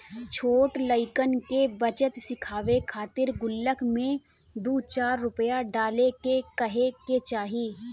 छोट लइकन के बचत सिखावे खातिर गुल्लक में दू चार रूपया डाले के कहे के चाही